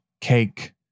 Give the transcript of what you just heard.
cake